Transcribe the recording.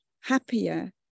happier